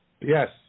Yes